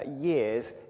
years